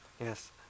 Yes